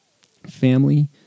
Family